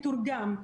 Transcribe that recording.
קורא.